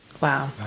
Wow